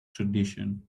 tradition